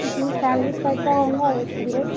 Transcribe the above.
جی family pack کا ہوں گا ایٹ ہنڈریڈ